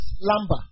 lumber